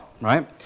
right